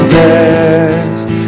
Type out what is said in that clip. best